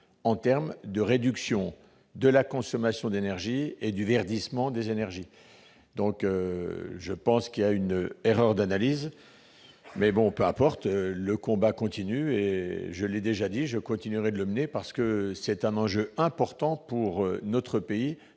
en termes de réduction de la consommation d'énergie et de verdissement des énergies. Je pense donc qu'il y a erreur d'analyse. Peu importe, le combat continue : je continuerai de le mener, parce que c'est un enjeu important pour notre pays